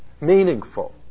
meaningful